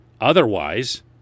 otherwise